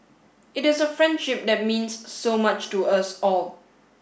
it is a friendship that means so much to us all